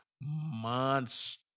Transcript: monster